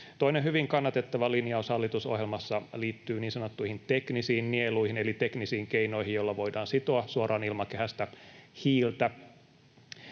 Toinen hyvin kannatettava linjaus hallitusohjelmassa liittyy niin sanottuihin teknisiin nieluihin eli teknisiin keinoihin, joilla voidaan sitoa suoraan ilmakehästä hiiltä.